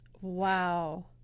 wow